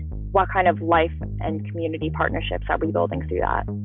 what kind of life and community partnerships are we building through that?